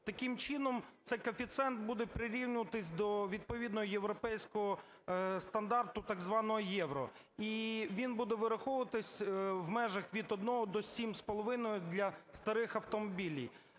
Таким чином, цей коефіцієнт буде прирівнюватися до відповідно європейського стандарту, так званого євро. І він буде вираховуватися в межах від 1 до 7,5 для старих автомобілів.